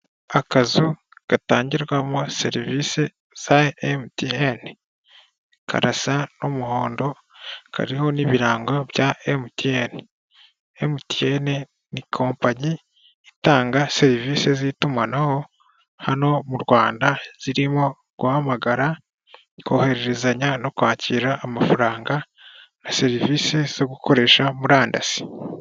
Akazu gatangirwamo serivisi za MTN karasa n'umuhondo kariho n'ibirango bya MTN.MTN ni kompanyi itanga serivisi z'itumanaho hano mu Rwanda zirimo guhamagara, kohererezanya no kwakira amafaranga na serivisi zo gukoresha murandasi .